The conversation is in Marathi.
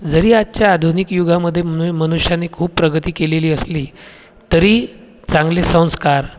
जरी आजच्या आधुनिक युगामध्ये मी मनुष्यांनी खूप प्रगती केलेली असली तरी चांगले संस्कार